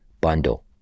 bundle